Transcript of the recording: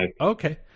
okay